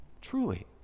Truly